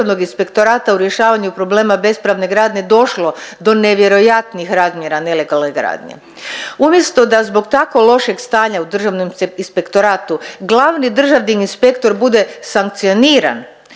u rješavanju problema bespravne gradnje došlo do nevjerojatnih razmjera nelegalne gradnje. Umjesto da zbog tako lošeg stanja u Državnom inspektoratu glavni državni inspektor bude sankcioniran,